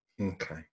Okay